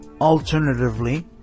Alternatively